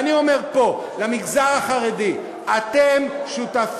אני אומר פה למגזר החרדי: אתם שותפים